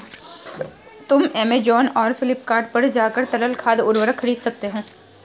तुम ऐमेज़ॉन और फ्लिपकार्ट पर जाकर तरल खाद उर्वरक खरीद सकते हो